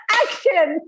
action